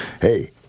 Hey